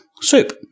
soup